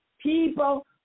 People